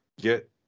get